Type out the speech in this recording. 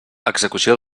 execució